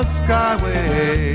skyway